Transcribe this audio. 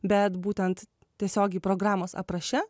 bet būtent tiesiogiai programos apraše